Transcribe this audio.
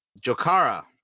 Jokara